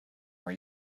more